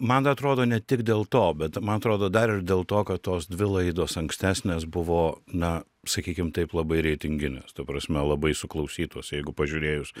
man atrodo ne tik dėl to bet man atrodo dar ir dėl to kad tos dvi laidos ankstesnės buvo na sakykim taip labai reitinginės ta prasme labai suklausytos jeigu pažiūrėjus